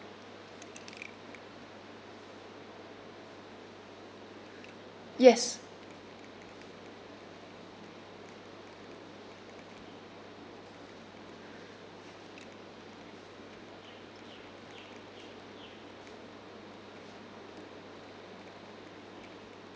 yes